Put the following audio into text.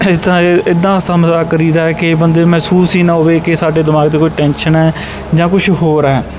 ਅਸੀਂ ਤਾਂ ਇਹ ਇੱਦਾਂ ਹਾਸਾ ਮਜ਼ਾਕ ਕਰੀਦਾ ਕਿ ਬੰਦੇ ਨੂੰ ਮਹਿਸੂਸ ਹੀ ਨਾ ਹੋਵੇ ਕਿ ਸਾਡੇ ਦਿਮਾਗ 'ਤੇ ਕੋਈ ਟੈਨਸ਼ਨ ਹੈ ਜਾਂ ਕੁਛ ਹੋਰ ਹੈ